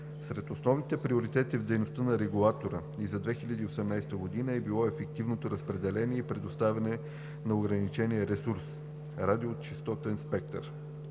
Сред основните приоритети в дейността на регулатора и за 2018 г. е било ефективното разпределение и предоставяне на ограничeния ресурс – радиочестотен спектър.